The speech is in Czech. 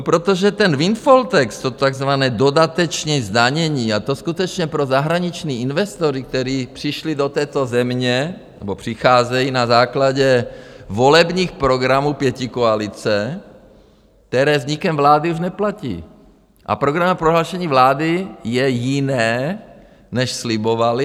Protože ten windfall tax, to takzvané dodatečné zdanění, a to skutečně pro zahraniční investory, kteří přišli do této země nebo přicházejí na základě volebních programů pětikoalice, které vznikem vlády už neplatí, a programové prohlášení vlády je jiné, než slibovali.